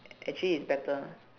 actually it's better ah